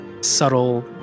subtle